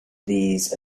these